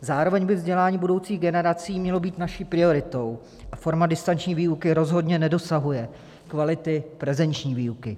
Zároveň by vzdělání budoucích generací mělo být naší prioritou a forma distanční výuky rozhodně nedosahuje kvality prezenční výuky.